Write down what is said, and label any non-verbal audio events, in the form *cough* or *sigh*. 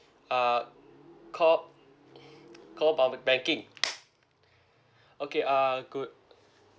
uh call call about the banking *noise* okay uh good